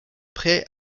près